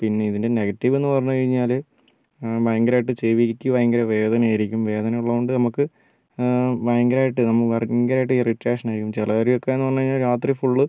പിന്നെ ഇതിൻ്റെ നെഗറ്റീവ് എന്ന് പറഞ്ഞു കഴിഞ്ഞാൽ ഭയങ്കരമായിട്ട് ചെവിക്ക് ഭയങ്കര വേദനയായിരിക്കും വേദനയുള്ളത് കൊണ്ട് നമുക്ക് ഭയങ്കരമായിട്ട് നമുക്ക് ഭയങ്കരമായിട്ട് ഇറിറ്റേഷൻ ആയിരിക്കും ചിലവരൊക്കെ എന്ന് പറഞ്ഞു കഴിഞ്ഞാൽ രാത്രി ഫുള്ള്